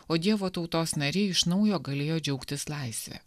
o dievo tautos nariai iš naujo galėjo džiaugtis laisve